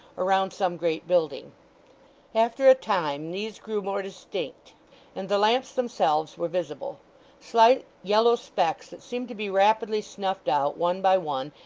or round some great building after a time these grew more distinct, and the lamps themselves were visible slight yellow specks, that seemed to be rapidly snuffed out, one by one,